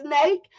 snake